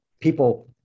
People